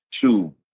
two